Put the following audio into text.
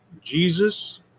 Jesus